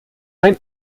ein